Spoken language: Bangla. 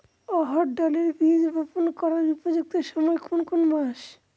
অড়হড় ডালের বীজ বপন করার উপযুক্ত সময় কোন কোন মাস?